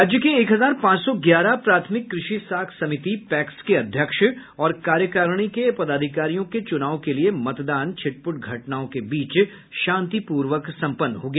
राज्य के एक हजार पांच सौ ग्यारह प्राथमिक कृषि साख समिति पैक्स के अध्यक्ष और कार्यकारिणी के पदाधिकारियों के चूनाव के लिये मतदान छिटपूट घटनाओं के बीच शांतिपूर्वक सम्पन्न हो गया